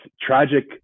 tragic